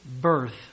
birth